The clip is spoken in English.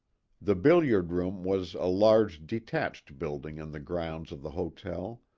the billiard room was a large detached building in the grounds of the hotel,